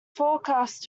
forecast